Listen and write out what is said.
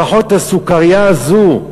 לפחות הסוכרייה הזאת,